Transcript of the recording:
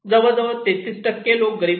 जवळजवळ 33 लोक गरीब आहेत